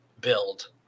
build